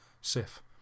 Sif